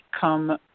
come